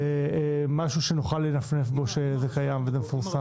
משהו שנוכל לנפנף בו שזה קיים וזה מפורסם.